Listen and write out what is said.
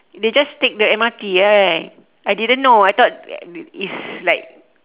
they just take the M_R_T right I didn't know I thought it's like